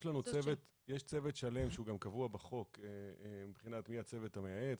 יש לנו צוות שלם שגם קבוע בחוק מבחינת מי הצוות המייעץ.